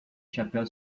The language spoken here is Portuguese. chapéu